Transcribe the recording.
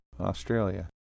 Australia